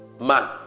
man